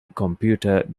ކޮމްޕިއުޓަރ